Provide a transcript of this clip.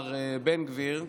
איתמר בן גביר,